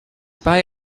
buy